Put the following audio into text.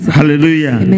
Hallelujah